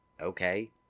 okay